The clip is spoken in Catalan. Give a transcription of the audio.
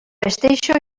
vesteixo